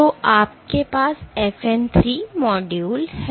तो आपके पास FN 3 मॉड्यूल है